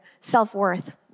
self-worth